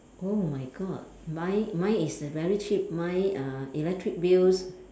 oh my God mine mine is very cheap mine uh electric bills